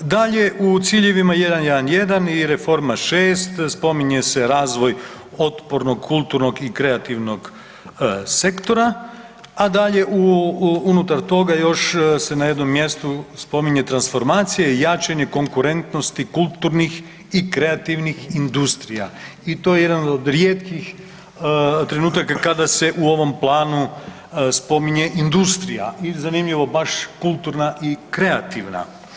Dakle, u ciljevima 1.1.1. i reforma 6, spominje se razvoj otpornog, kulturnog i kreativnog sektora, a dalje unutar toga još se na jednom mjestu spominje transformacija i jačanje konkurentnosti kulturnih i kreativnih industrija, i to je jedan od rijetkih trenutaka kada se u ovom Planu spominje industrija i zanimljivo baš kulturna i kreativna.